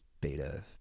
beta